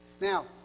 Now